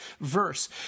verse